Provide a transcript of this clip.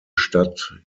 stadt